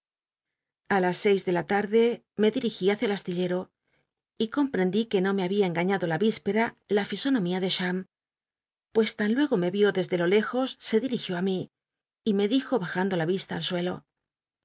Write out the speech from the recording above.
a las seis de la t ude me dírigi hácia el nstillero y comprendi que no me babia engañado la víspera la fisonomía de cham pues tan luego me vió desde lejos se dirigió éí mí y me dijo bajando la vista al suelo